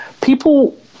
people